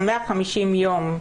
ה-150 ימים,